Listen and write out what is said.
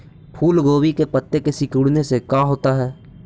फूल गोभी के पत्ते के सिकुड़ने से का होता है?